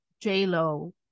J-Lo